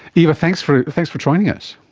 eva, thanks for thanks for joining us,